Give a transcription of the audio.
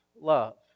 love